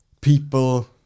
people